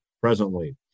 presently